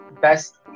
Best